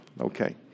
Okay